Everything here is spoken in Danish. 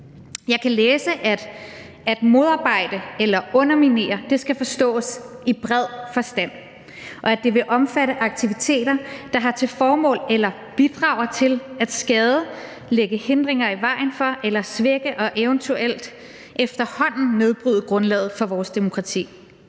Jeg kan læse, at »at modarbejde« eller »at underminere« skal forstås i bred forstand, og at det vil omfatte aktiviteter, der har til formål eller bidrager til at skade, lægge hindringer i vejen for eller svække og eventuelt efterhånden nedbryde grundlaget for vores demokrati.